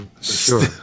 sure